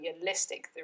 realistic